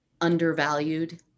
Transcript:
undervalued